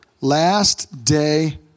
last-day